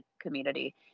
community